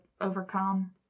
overcome